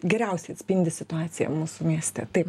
geriausiai atspindi situaciją mūsų mieste taip